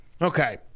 okay